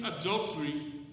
adultery